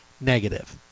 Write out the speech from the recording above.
negative